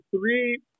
three